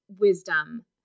wisdom